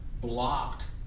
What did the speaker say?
blocked